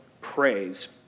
praise